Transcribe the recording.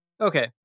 Okay